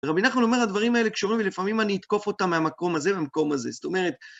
רבי נחמן אומר הדברים האלה קשורים, ולפעמים אני אתקוף אותם מהמקום הזה ומהמקום הזה, זאת אומרת...